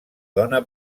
dona